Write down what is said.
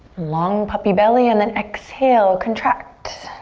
long puppy belly and then exhale, contract.